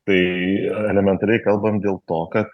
tai elementariai kalbam dėl to kad